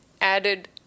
added